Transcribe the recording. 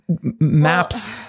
maps